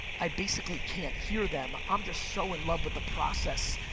i basically can't hear them, i'm just so in love with the process.